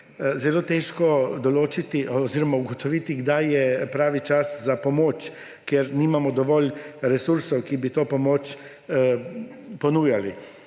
zelo težko določiti oziroma ugotoviti, kdaj je pravi čas za pomoč, ker nimamo dovolj resursov, ki bi to pomoč ponujali.